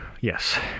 Yes